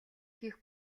хийх